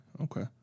okay